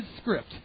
script